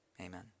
amen